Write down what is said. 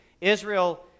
Israel